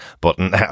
button